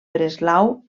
breslau